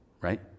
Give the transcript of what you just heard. right